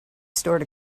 stored